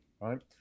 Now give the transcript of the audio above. right